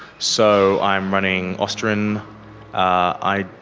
so i'm running ostarine ifg,